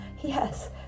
Yes